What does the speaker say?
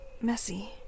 Messy